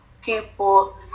people